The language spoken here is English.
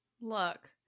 look